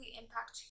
impact